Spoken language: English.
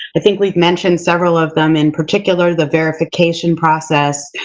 i think we've mentioned several of them, in particular, the verification process,